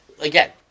Again